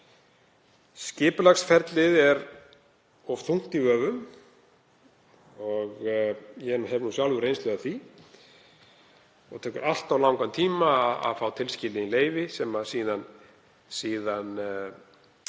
Skipulagsferlið er of þungt í vöfum, ég hef sjálfur reynslu af því, og tekur allt of langan tíma að fá tilskilin leyfi. Það hefur síðan